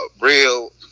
real